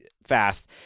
fast